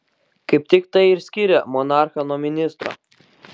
kaip tik tai ir skiria monarchą nuo ministro